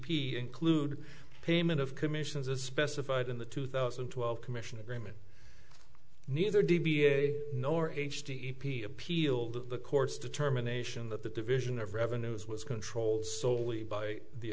p include payment of commissions as specified in the two thousand and twelve commission agreement neither d b a nor h t e p appealed to the court's determination that the division of revenues was controlled solely by the